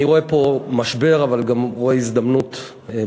אני רואה פה משבר, אבל רואה גם הזדמנות במשבר.